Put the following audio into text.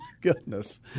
goodness